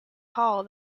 hall